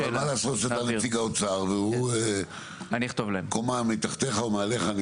מה לעשות שאתה נציג האוצר והוא קומה מתחתיך או מעליך,